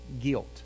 guilt